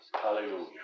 Hallelujah